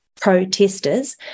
protesters